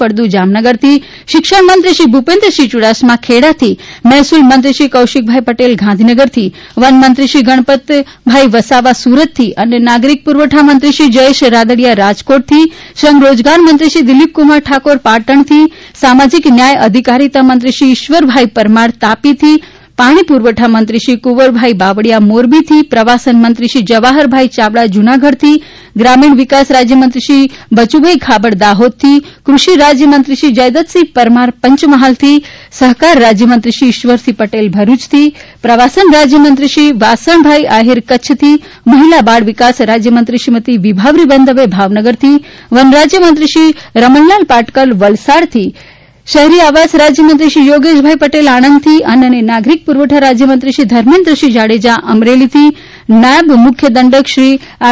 ફળદુ જામનગરથી શિક્ષણ મંત્રી શ્રી ભૂપેન્દ્રસિંફ યુડાસમા ખેડાથી મફેસુલ મંત્રી શ્રી કૌશિકભાઇ પટેલ ગાંધીનગરથી વનમંત્રી શ્રી ગણપતભાઇ વસાવા સુરતથી અન્ન નાગરિક પુરવઠા મંત્રી શ્રી જયેશભાઇ રાદડીયા રાજકોટથી શ્રમ રોજગાર મંત્રી શ્રી દિલીપકુમાર ઠાકોર પાટણથી સામાજિક ન્યાય અધિકારીતા મંત્રી શ્રી ઇશ્વરભાઇ પરમાર તાપીથી પાણી પુરવઠા મંત્રી શ્રી કુંવરજી બાવળીયા મોરબીથી પ્રવાસન મંત્રી શ્રી જવાફરભાઇ ચાવડા જૂનાગઢથી ગ્રામીણ વિકાસ રાજ્ય મંત્રી શ્રી બચુભાઇ ખાબડ દાજોદથી કૃષિ રાજ્ય મંત્રી શ્રી જયદ્રથસિંહજી પરમાર પંચમહાલથી સફકાર રાજ્ય મંત્રી શ્રી ઇશ્વરસિંહ પટેલ ભરૂચથી પ્રવાસન રાજ્ય મંત્રી શ્રી વાસણભાઇ આહિર કચ્છથી મહિલા બાળ વિકાસ રાજ્ય મંત્રી શ્રીમતી વિભાવરીબેન દવે ભાવનગરથી વન રાજ્ય મંત્રી શ્રી રમણલાલ પાટકર વલસાડથી શહેરી આવાસ રાજ્ય મંત્રી શ્રી યોગેશભાઇ પટેલ આણંદથી અન્ન અને નાગરિક પુરવઠા રાજ્ય મંત્રી શ્રી ધર્મેન્દ્રસિંફ જાડેજા અમરેલીથી નાયબ મુખ્ય દંડક શ્રી આર